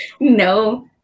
No